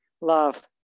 love